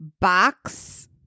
box